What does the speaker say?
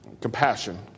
compassion